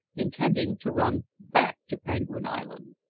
intending to run back to penguin island.